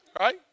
Right